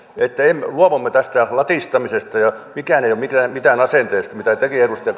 ja luovumme tästä latistamisesta ja mikään ei ole mitään mitään asenteesta mitä tekin edustaja